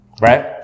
Right